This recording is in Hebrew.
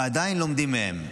ועדיין לומדים מהם.